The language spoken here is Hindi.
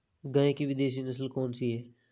गाय की विदेशी नस्ल कौन सी है?